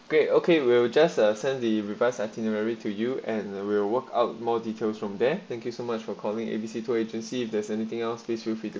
okay okay we will just a sense the revised itinerary to you and will work out more details from there thank you so much for calling A B C two agency if there's anything else this with